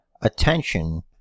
attention